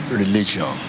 religion